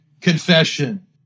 confession